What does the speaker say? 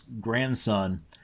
grandson